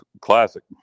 classic